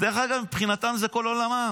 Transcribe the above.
דרך אגב, מבחינתם זה כל עולמם.